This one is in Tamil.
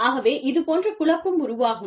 ஆகவே இதுபோன்ற குழப்பம் உருவாகும்